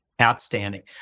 Outstanding